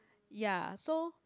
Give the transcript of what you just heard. ya so